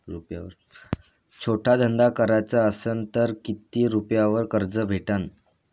छोटा धंदा कराचा असन तर किती रुप्यावर कर्ज भेटन?